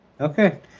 Okay